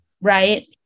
Right